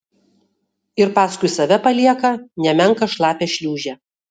ir paskui save palieka nemenką šlapią šliūžę